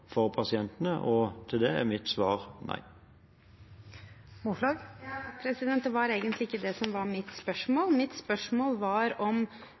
for pasientene? Til det er mitt svar nei. Det var egentlig ikke det som var mitt spørsmål. Mitt spørsmål var om